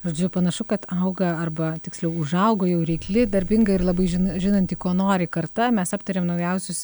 žodžiu panašu kad auga arba tiksliau užaugo jau reikli darbinga ir labai žina žinanti ko nori karta mes aptarėm naujausius